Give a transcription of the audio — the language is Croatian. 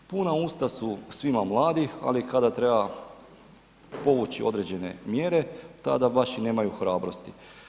Puna usta su svima mladih, ali kada treba povući određene mjere, tada baš i nemaju hrabrosti.